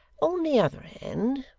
on the other hand,